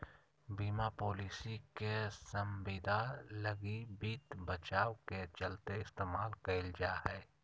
बीमा पालिसी के संविदा लगी वित्त बचाव के चलते इस्तेमाल कईल जा हइ